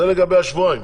זה לגבי השבועיים,